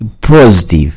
positive